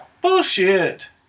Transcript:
Bullshit